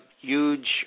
huge